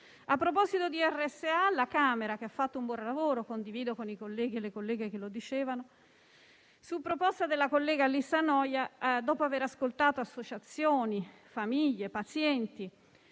A proposito di RSA, la Camera ha fatto un buon lavoro e concordo con i colleghi e le colleghe che lo dicevano: su proposta della collega Lisa Noja, dopo aver ascoltato associazioni, famiglie e pazienti,